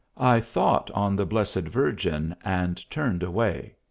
i thought on the blessed virgin, and turned away.